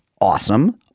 awesome